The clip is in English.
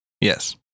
Yes